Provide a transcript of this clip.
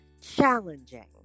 challenging